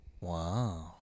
wow